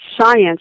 science